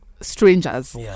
strangers